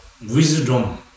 wisdom